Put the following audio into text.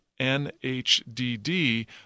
NHDD